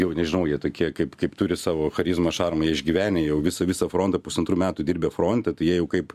jau nežinau jie tokie kaip kaip turi savo charizmą šarmą jie išgyvenę jau visą visą frontą pusantrų metų dirbę fronte tai jie jau kaip